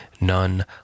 none